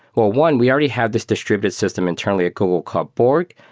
well, one, we already have this distributed system internally called called borg,